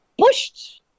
pushed